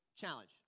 Challenge